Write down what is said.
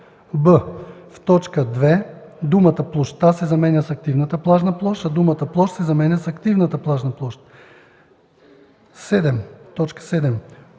б) в т. 2 думата „площта” се заменя с „активната плажна площ”, а думата „площ” се заменя с „активна плажна площ”. 7.